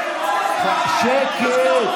תוציא אותו.